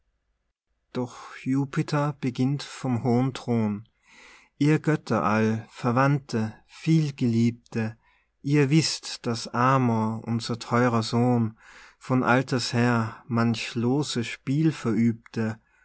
doch jupiter beginnt vom hohen thron ihr götter all verwandte vielgeliebte ihr wißt daß amor unser theurer sohn von alters her manch loses spiel verübte